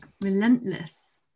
relentless